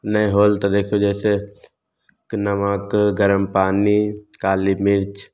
नहि होल तऽ देखिऔ जइसे कि नमक गरम पानि काली मिर्च